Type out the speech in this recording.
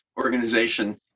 Organization